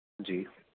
جی